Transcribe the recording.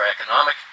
economic